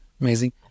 Amazing